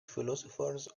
philosophers